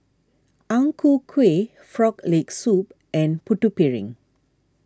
Ang Ku Kueh Frog Leg Soup and Putu Piring